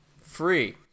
Free